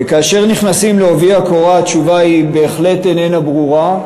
וכאשר נכנסים בעובי הקורה התשובה בהחלט איננה ברורה,